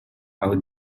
i’ll